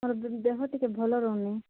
ମୋର ଦେହ ଟିକେ ଭଲ ରହୁନି